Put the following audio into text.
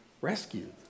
rescued